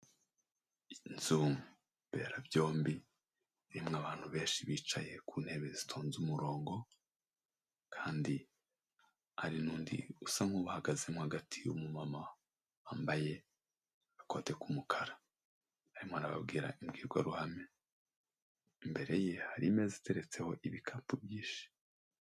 Inzu mberabyombi irimo abantu benshi bicaye ku ntebe zitonze umurongo kandi hari n'undi usa nk'ubuhagazemo hagati umumama wambaye agakote k'umukara, arimo arababwira imbwirwaruhame, imbere ye hari imeza iteretseho ibikapu byinshi.